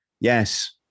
yes